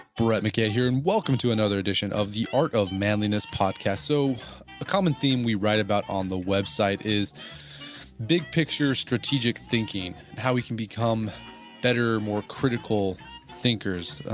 brett mckay here and welcome to another edition of the art of manliness podcast. so a common theme we write about on the website is big picture, strategic thinking. how we can become better, more critical thinkers.